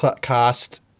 cast